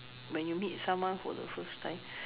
when you meet someone for the first time